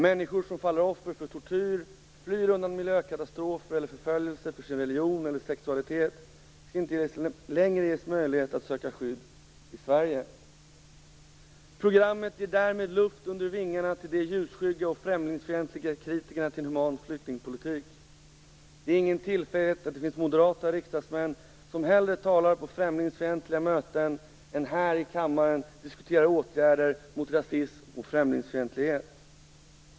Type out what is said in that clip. Människor som faller offer för tortyr, flyr undan miljökatastrofer eller förföljelse för sin religion eller sexualitet skall inte längre ges möjlighet att söka skydd i Sverige. Programmet ger därmed luft under vingarna åt de ljusskygga och främlingsfientliga kritikerna till en human flyktingpolitik. Det är ingen tillfällighet att det finns moderata riksdagsmän som hellre talar på främlingsfientliga möten än att här i kammaren diskutera åtgärder mot rasism och främlingsfientlighet.